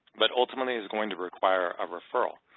but ultimately is going to require a referral.